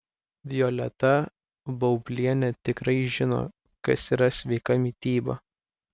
violeta baublienė tikrai žino kas yra sveika mityba